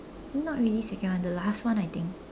not really second one the last one I think